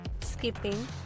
Skipping